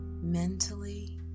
mentally